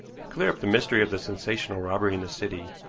clear up the mystery of the sensational robbery in the city,